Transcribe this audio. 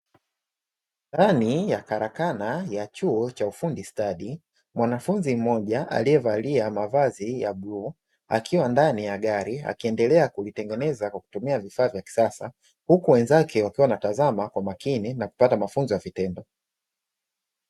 Ndani ya karakana ya chuo cha ufundi stadi, mwanafunzi mmoja aliyevalia mavazi ya bluu akiwa ndani ya gari akiendelea kulitengeneza kwa kutumia vifaa vya kisasa. Huku wenzake wakiwa wanatazama kwa makini na kupata mafunzo ya vitendo.